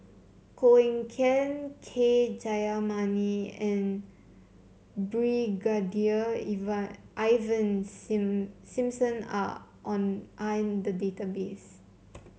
Koh Eng Kian K Jayamani and Brigadier Ivan Sing Simson are on are in the database